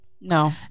no